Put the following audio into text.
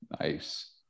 nice